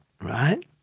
Right